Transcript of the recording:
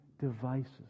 devices